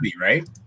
right